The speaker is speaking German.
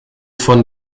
von